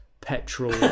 petrol